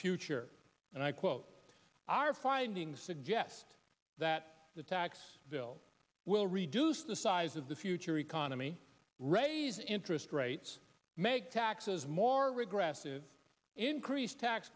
future and i quote our findings suggest that the tax bill will reduce the size of the future economy raise interest rates make taxes more regressive increase tax